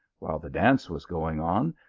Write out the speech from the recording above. while the dance was going on,